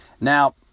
Now